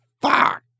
fuck